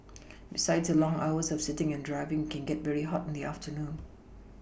besides the long hours of sitting and driving can get very hot in the afternoon